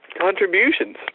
contributions